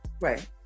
Right